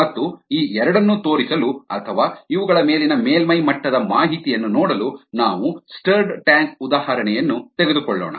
ಮತ್ತು ಈ ಎರಡನ್ನೂ ತೋರಿಸಲು ಅಥವಾ ಇವುಗಳ ಮೇಲಿನ ಮೇಲ್ಮೈ ಮಟ್ಟದ ಮಾಹಿತಿಯನ್ನು ನೋಡಲು ನಾವು ಸ್ಟರ್ಡ್ ಟ್ಯಾಂಕ್ ಉದಾಹರಣೆಯನ್ನು ತೆಗೆದುಕೊಳ್ಳೋಣ